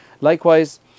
Likewise